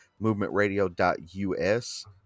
movementradio.us